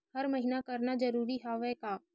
हर महीना करना जरूरी हवय का?